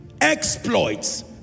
exploits